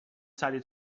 سریع